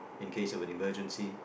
in case of an emergency